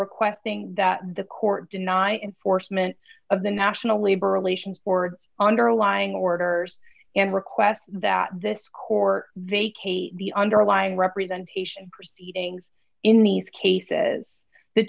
requesting that the court deny enforcement of the national labor relations board underlying orders and requests that this court vacate the underlying representation proceedings in these cases the